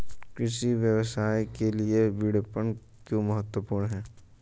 कृषि व्यवसाय के लिए विपणन क्यों महत्वपूर्ण है?